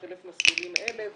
חלק ממסלולים אלה.